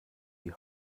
die